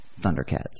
Thundercats